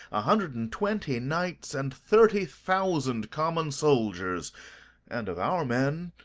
a hundred and twenty knights, and thirty thousand common soldiers and, of our men,